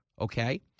Okay